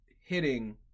hitting